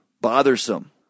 bothersome